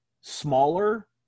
smaller